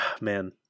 man